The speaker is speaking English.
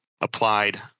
applied